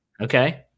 Okay